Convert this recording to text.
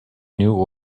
new